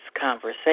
conversation